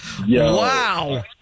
Wow